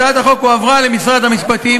הצעת החוק הועברה למשרד המשפטים.